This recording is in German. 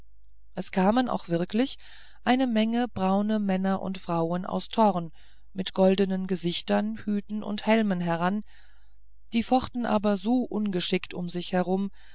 es kamen auch wirklich einige braune männer und frauen aus thorn mit goldnen gesichtern hüten und helmen heran die fochten aber so ungeschickt um sich herum